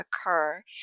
occur